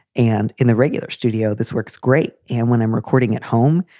and in the regular studio, this works great. and when i'm recording at home,